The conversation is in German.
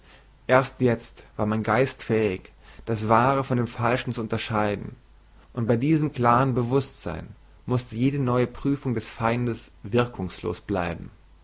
erst jetzt war mein geist fähig das wahre von dem falschen zu unterscheiden und bei diesem klaren bewußtsein mußte jede neue prüfung des feindes wirkungslos bleiben